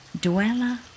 dweller